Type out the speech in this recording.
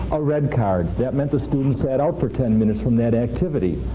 a red card. that meant the student sat out for ten minutes from that activity.